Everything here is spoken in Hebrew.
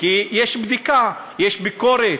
כי יש בדיקה, יש ביקורת.